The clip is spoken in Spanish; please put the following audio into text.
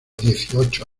dieciocho